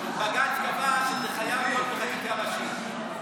בג"ץ קבע שזה חייב להיות בחקיקה ראשית.